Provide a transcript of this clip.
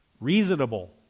Reasonable